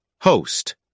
Host